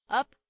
up